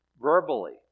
verbally